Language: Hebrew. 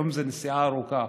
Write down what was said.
היום זו נסיעה ארוכה.